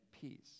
peace